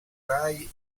rai